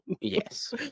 yes